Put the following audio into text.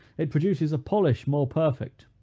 it produces a polish more perfect,